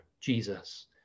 Jesus